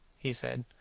he said,